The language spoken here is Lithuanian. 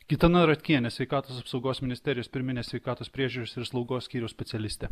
gitana ratkienė sveikatos apsaugos ministerijos pirminės sveikatos priežiūros ir slaugos skyriaus specialistė